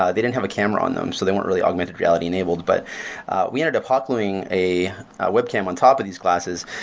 ah they didn't have a camera on them, so they weren't really augmented reality-enabled but we ended up hot-gluing a webcam on top of these glasses,